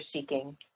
seeking